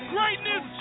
Greatness